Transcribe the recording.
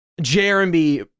Jeremy